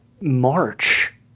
March